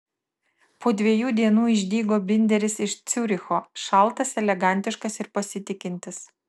po dviejų dienų išdygo binderis iš ciuricho šaltas elegantiškas ir pasitikintis